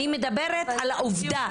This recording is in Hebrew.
אני מדברת על העובדה,